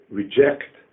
reject